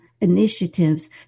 initiatives